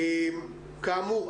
כאמור,